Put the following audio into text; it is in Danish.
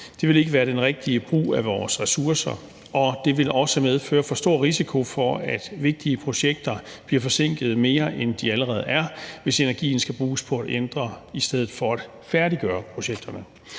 Det vil ikke være den rigtige brug af vores ressourcer, og det vil også medføre for stor risiko for, at vigtige projekter bliver forsinket mere, end de allerede er, hvis energien skal bruges på at ændre i stedet for at færdiggøre projekterne.